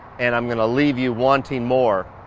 and i'm going to leave you wanting more.